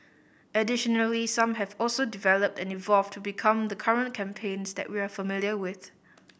additionally some have also developed and evolved to become the current campaigns that we are familiar with